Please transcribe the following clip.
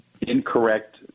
incorrect